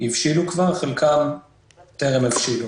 הבשילו כבר, חלקם טרם הבשילו.